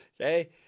Okay